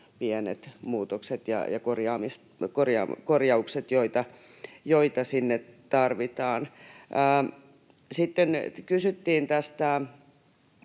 pienet muutokset ja korjaukset, joita sinne tarvitaan. Sitten kysyttiin tästä